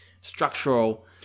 structural